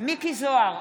מיקי זוהר,